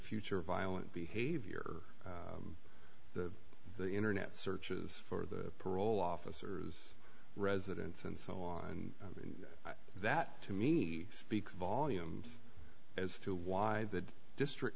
future violent behavior the internet searches for the parole officers residence and so on and that to me speaks volumes as to why the district